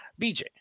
bj